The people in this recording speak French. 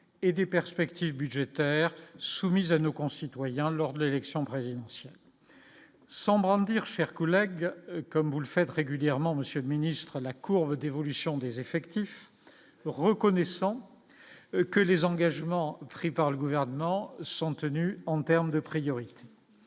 et des perspectives budgétaires soumise à nos concitoyens lors de l'élection présidentielle sans brandir, chers collègues, comme vous le faites régulièrement monsieur ministre la courbe d'évolution des effectifs, reconnaissant que les engagements pris par le gouvernement sont tenus en termes de priorité.